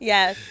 Yes